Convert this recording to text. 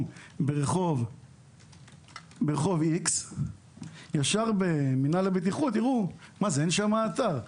ברחוב מסוים מיד במינהל הבטיחות יראו: אין שם אתר,